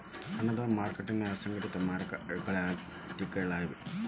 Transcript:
ಹಣದ ಮಾರಕಟ್ಟಿಗಳ ಅಸಂಘಟಿತ ಮಾರಕಟ್ಟಿಗಳಾಗಿರ್ತಾವ